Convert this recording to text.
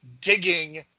digging